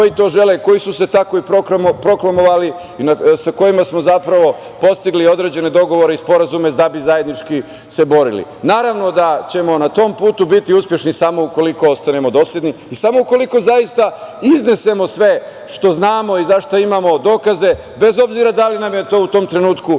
koji to žele, koji su se tako i proklamovali, sa kojima smo postigli određene dogovore i sporazume da bi se zajednički borili. Naravno da ćemo na tom putu biti uspešni samo ukoliko ostanemo dosledni i samo ukoliko zaista iznesemo sve što znamo i za šta imamo dokaze, bez obzira da li nam je to u tom trenutku